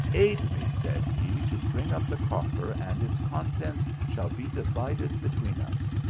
aid me, said he, to bring up the coffer, and its con tents shall be divided between us.